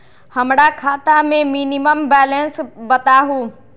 हमरा खाता में मिनिमम बैलेंस बताहु?